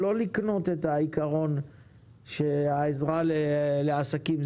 לדעתי קורה הרבה פעמים שיש עובדי מדינה ואנשים שמרוויחים טוב,